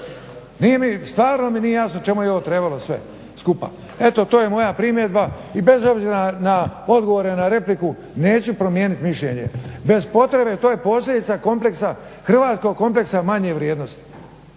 stvarno mi nije jasno čemu je ovo trebalo sve skupa. Eto to je moja primjedba i bez obzira na odgovore na repliku neću promijeniti mišljenje. Bez potrebe to je posljedica hrvatskog kompleksa manje vrijednosti